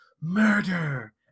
murder